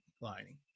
lining